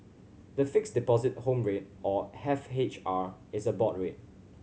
the Fixed Deposit Home Rate or F H R is a board rate